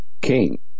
king